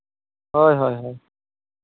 ᱦᱳᱭ ᱦᱳᱭ